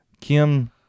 Kim